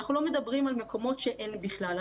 אנחנו לא מדברים על מקומות שאין בכלל.